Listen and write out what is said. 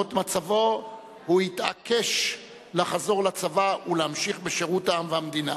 למרות מצבו הוא התעקש לחזור לצבא ולהמשיך בשירות העם והמדינה.